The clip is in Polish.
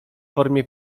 formie